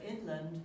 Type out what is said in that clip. inland